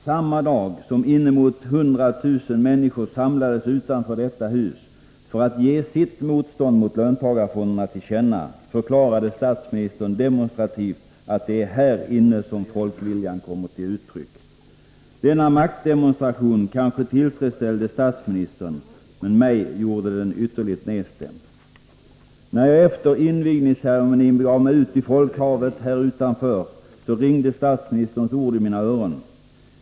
Samma dag som inemot 100 000 människor samlades utanför detta hus för att ge sitt motstånd mot löntagarfonderna till känna, förklarade statsministern demonstrativt att det är här inne som folkviljan kommer till uttryck. Denna maktdemonstration kanske tillfredsställde statsministern, men mig gjorde den ytterligt nedstämd. När jag efter invigningsceremonien begav mig ut i folkhavet här utanför, ringde statsministerns ord i mina öron.